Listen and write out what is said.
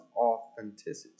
authenticity